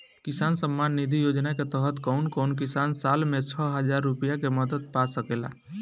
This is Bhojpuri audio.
किसान सम्मान निधि योजना के तहत कउन कउन किसान साल में छह हजार रूपया के मदद पा सकेला?